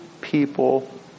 people